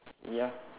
ya